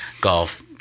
golf